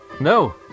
No